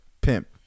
pimp